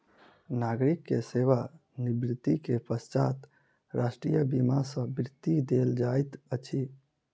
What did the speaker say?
नागरिक के सेवा निवृत्ति के पश्चात राष्ट्रीय बीमा सॅ वृत्ति देल जाइत अछि